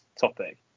topic